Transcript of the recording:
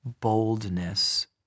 boldness